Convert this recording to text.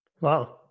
Wow